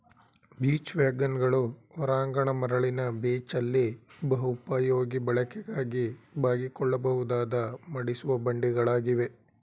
beach ವ್ಯಾಗನ್ಗಳು ಹೊರಾಂಗಣ ಮರಳಿನ ಬೀಚಲ್ಲಿ ಬಹುಪಯೋಗಿ ಬಳಕೆಗಾಗಿ ಬಾಗಿಕೊಳ್ಳಬಹುದಾದ ಮಡಿಸುವ ಬಂಡಿಗಳಾಗಿವೆ